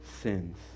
sins